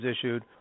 issued